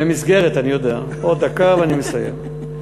אני יודע, עוד דקה ואני מסיים.